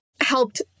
helped